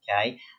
Okay